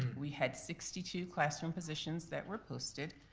we had sixty two classroom positions that were posted.